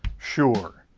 sure.